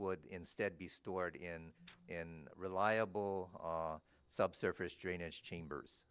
would instead be stored in in reliable subsurface drainage chambers